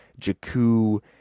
Jakku